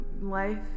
life